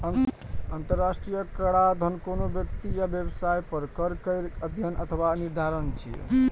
अंतरराष्ट्रीय कराधान कोनो व्यक्ति या व्यवसाय पर कर केर अध्ययन अथवा निर्धारण छियै